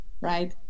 right